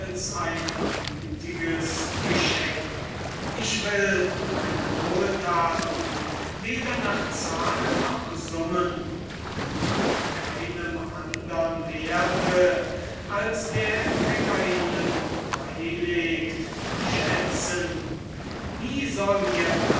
ein gütiges geschenk ich will meine wohlthaten weder nach zahlen noch summen und nach keinem andern werthe als der empfänger schätzen nie soll mir